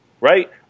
Right